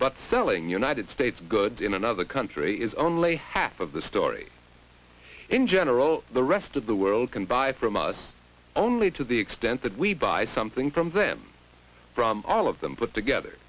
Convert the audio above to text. but selling united states good in another country is only half of the story in general the rest of the world can buy from us only to the extent that we buy something from them from all of them put together